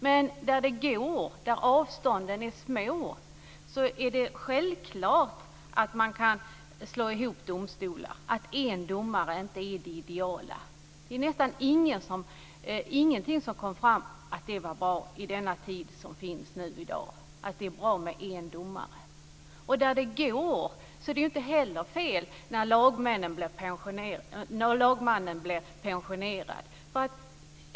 Men där det går, där avstånden är små, är det självklart att man kan slå ihop domstolar och att en domare inte är det ideala. Det var nästan ingenting som kom fram som tydde på att det var bra med en domare i dag. Det är inte heller fel att göra det när lagmannen blir pensionerad.